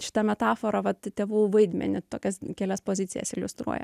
šita metafora vat tėvų vaidmenį tokias kelias pozicijas iliustruoja